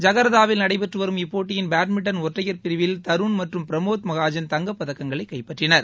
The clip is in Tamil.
ஜகா்த்தாவில் நடைபெற்று வரும் இப்போட்டியின் பேட்மிண்டன் ஒற்றையா் பிரிவல் தருண் மற்றும் பிரமோத் மகாஜன் தங்கப்பதக்கங்களை கைப்பற்றினர்